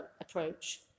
approach